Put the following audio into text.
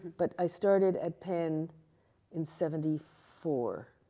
but i started at penn in seventy four.